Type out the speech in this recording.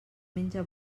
menja